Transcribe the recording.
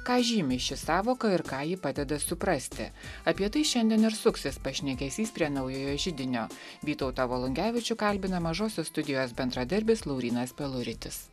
ką žymi ši sąvoka ir ką ji padeda suprasti apie tai šiandien ir suksis pašnekesys prie naujojo židinio vytautą volungevičių kalbina mažosios studijos bendradarbis laurynas peluritis